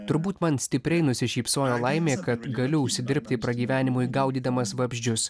turbūt man stipriai nusišypsojo laimė kad galiu užsidirbti pragyvenimui gaudydamas vabzdžius